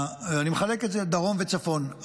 אני מחלק את זה לדרום וצפון.